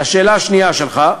2. לשאלה השנייה שלך,